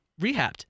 rehabbed